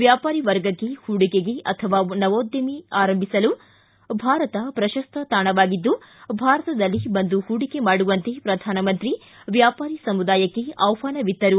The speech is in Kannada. ವ್ಯಾಪಾರಿ ವರ್ಗಕ್ಕೆ ಹೂಡಿಕೆಗೆ ಅಥವಾ ನವೋದ್ದಿಮೆ ಆರಂಭಿಸಲು ಭಾರತ ಪ್ರಶಸ್ತ ತಾಣವಾಗಿದ್ದು ಭಾರತದಲ್ಲಿ ಬಂದು ಹೂಡಿಕೆ ಮಾಡುವಂತೆ ಪ್ರಧಾನಮಂತ್ರಿ ವ್ಯಾಪಾರಿ ಸಮುದಾಯಕ್ಕೆ ಆಹ್ವಾನವಿತ್ತರು